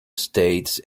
states